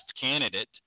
candidate